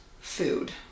food